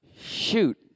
Shoot